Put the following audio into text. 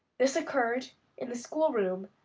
this occurred in the school-room,